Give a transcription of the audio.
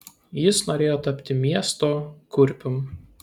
jis norėjo tapti miesto kurpium